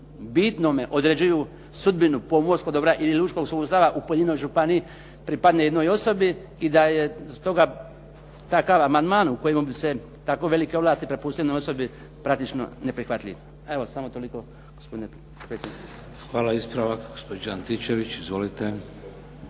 bitnome određuju sudbinu pomorskog dobra ili lučkog sustava u pojedinoj županiji pripadne jednoj osobi i da je stoga takav amandman u kojemu bi se tako velike ovlasti prepustile osobi praktično neprihvatljiv. Evo, samo toliko gospodine potpredsjedniče. **Šeks, Vladimir (HDZ)** Hvala. Ispravak, gospođa Antičević. Izvolite.